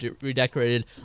redecorated